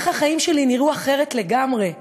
איך החיים שלי נראו אחרת לגמרי,